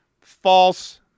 false